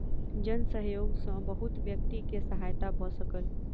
जन सहयोग सॅ बहुत व्यक्ति के सहायता भ सकल